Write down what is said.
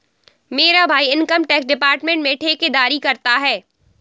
मेरा भाई income tax department में ठेकेदारी करता है